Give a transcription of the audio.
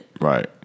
Right